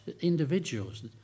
individuals